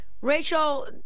Rachel